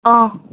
ஆ